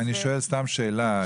אני שואל סתם שאלה.